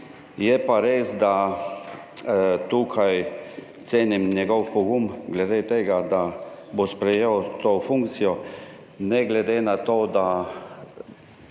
je pa res, da tukaj cenim njegov pogum glede tega, da bo sprejel to funkcijo, ne glede na to, da